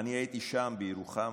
אני הייתי שם, בירוחם.